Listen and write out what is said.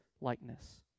likeness